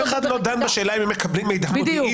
אף אחד לא דן בשאלה אם הם מקבלים מידע מודיעיני.